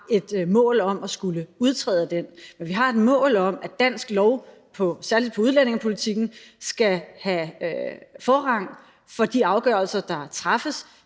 har et mål om at skulle udtræde af den. Men vi har et mål om, at dansk lov, særlig med hensyn til udlændingepolitikken, skal have forrang ved de afgørelser, der træffes,